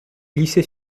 glissé